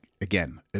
Again